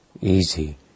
easy